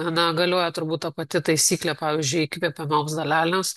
na galioja turbūt ta pati taisyklė pavyzdžiui įkvepiamoms dalelėms